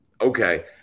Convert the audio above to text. okay